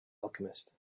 alchemist